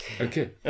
Okay